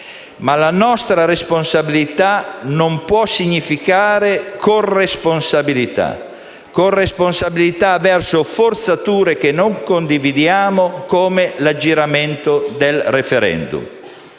Ma la nostra responsabilità non può significare corresponsabilità verso forzature che non condividiamo come raggiramento del *referendum*.